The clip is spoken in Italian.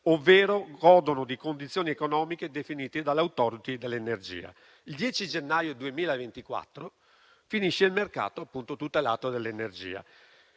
godendo cioè di condizioni economiche definite dall'Authority dell'energia. Il 10 gennaio 2024 finisce il mercato tutelato dell'energia;